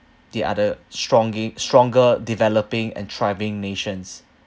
the other stronger stronger developing and thriving nations